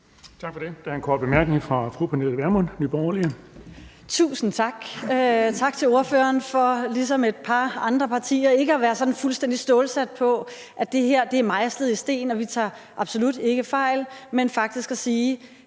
Tak for det. Der er en kort bemærkning fra fru Pernille Vermund, Nye Borgerlige. Kl. 16:37 Pernille Vermund (NB): Tusind tak, og tak til ordføreren for ligesom et par andre partier ikke at være sådan fuldstændig stålsatte på, at det her er mejslet i sten, og at man absolut ikke tager fejl, men faktisk at sige,